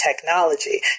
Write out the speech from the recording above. technology